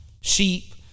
sheep